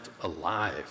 alive